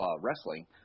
wrestling